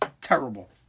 terrible